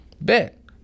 Bet